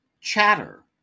Chatter